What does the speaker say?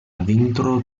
vintro